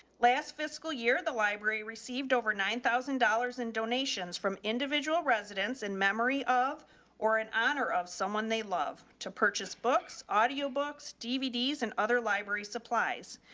last fiscal year, the library received over nine thousand dollars in donations from individual residents in memory of or in honor of someone they love to purchase books, audio books, dvds, and other library supplies.